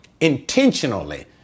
intentionally